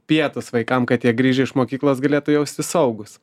pietus vaikam kad jie grįžę iš mokyklos galėtų jaustis saugūs